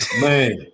Man